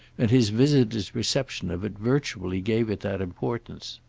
and his visitor's reception of it virtually gave it that importance.